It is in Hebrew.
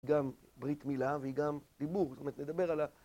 היא גם ברית מילה והיא גם דיבור, זאת אומרת נדבר על ה...